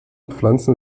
pflanzen